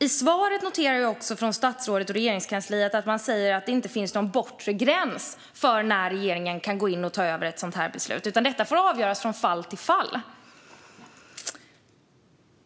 I svaret från statsrådet och Regeringskansliet noterar jag också att man säger att det inte finns någon bortre gräns för när regeringen kan gå in och ta över ett sådant här beslut, utan det får avgöras från fall till fall.